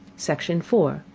section four.